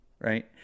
Right